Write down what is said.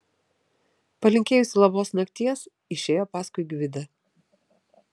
palinkėjusi labos nakties išėjo paskui gvidą